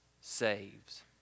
saves